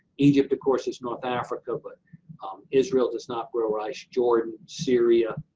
egypt of course is north africa, but israel does not grow rice, jordan, syria,